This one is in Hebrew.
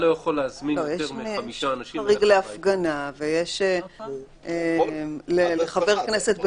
יש חריג להפגנה ויש לחבר כנסת במילוי תפקידו.